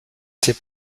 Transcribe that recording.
ses